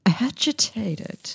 agitated